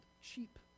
cheap